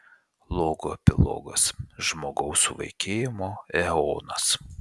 logo epilogas žmogaus suvaikėjimo eonas